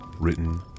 written